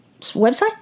website